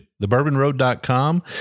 TheBourbonRoad.com